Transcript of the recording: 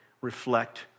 reflect